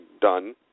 done